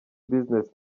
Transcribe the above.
business